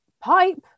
Pipe